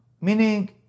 Meaning